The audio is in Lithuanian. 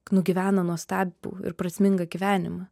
nugyveno nuostabų ir prasmingą gyvenimą